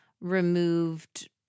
removed